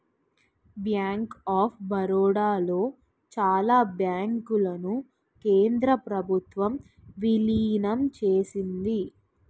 bank of Baroda లో చాలా బ్యాంకులను కేంద్ర ప్రభుత్వం విలీనం చేసింది